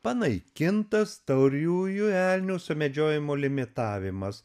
panaikintas tauriųjų elnių sumedžiojimo limitavimas